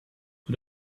who